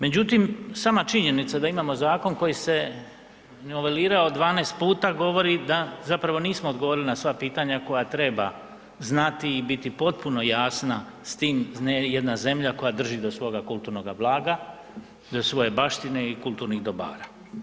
Međutim, sama činjenica da imamo zakon koji se novelirao 12 puta govori da zapravo nismo odgovorili na sva pitanja koja treba znati i biti potpuno jasna s tim ne i jedna zemlja koja drži do svoga kulturnoga blaga, do svoje baštine i kulturnih dobara.